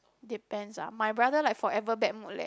depends ah my brother like forever bad mood leh